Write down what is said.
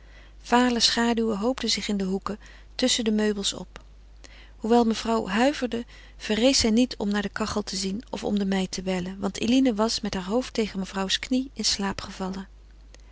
vale schaduwen noopten zich in de hoeken tusschen de meubels op hoewel mevrouw huiverde verrees zij niet om naar de kachel te zien of om de meid te bellen want eline was met heur hoofd tegen mevrouws knie in slaap gevallen